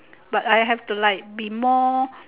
but I have to like be more